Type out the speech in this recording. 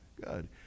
good